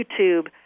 YouTube